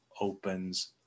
opens